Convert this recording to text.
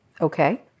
Okay